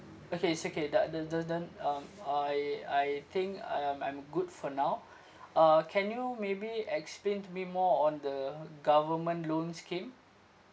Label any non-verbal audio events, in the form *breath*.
okay it's okay the the the the um um I I think I'm I'm good for now *breath* uh can you maybe explain to me more on the government loan scheme